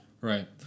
Right